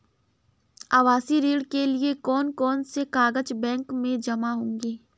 आवासीय ऋण के लिए कौन कौन से कागज बैंक में जमा होंगे?